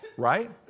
Right